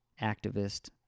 activist